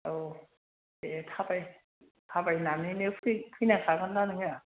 औ दे थाबाय थाबायनानैनो फै फैनांखागोन ना नोङो